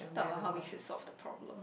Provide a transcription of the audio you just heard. talk about how we should solve the problem